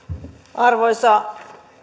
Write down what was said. arvoisa